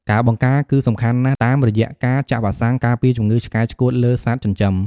ការបង្ការ គឺសំខាន់ណាស់ តាមរយៈការចាក់វ៉ាក់សាំងការពារជំងឺឆ្កែឆ្កួតលើសត្វចិញ្ចឹម។